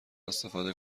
استفاده